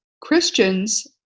Christians